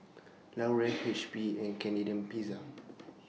Laurier H P and Canadian Pizza